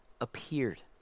appeared